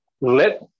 let